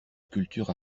sculptures